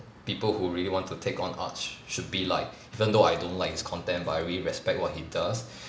people who really want to take on art sh~ should be like even though I don't like his content but I really respect what he does